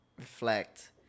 reflect